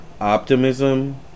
optimism